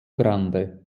grande